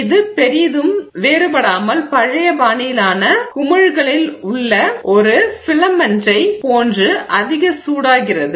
இது பெரிதும் வேறுபடாமல் பழைய பாணியிலான குமிழ்களில் பல்புகளில் உள்ள ஒரு ஃபிலமென்டைப் போன்று அதிக சூடாகிறது